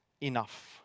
enough